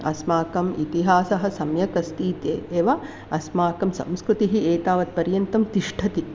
अस्माकम् इतिहासः सम्यकस्ति इत्येव अस्माकं संस्कृतिः एतावत्पर्यन्तं तिष्ठति